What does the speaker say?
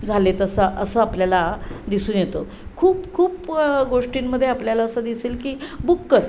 झाले आहेत असं असं आपल्याला दिसून येतं खूप खूप गोष्टींमध्ये आपल्याला असं दिसेल की बुक कर